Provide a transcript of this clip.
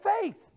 faith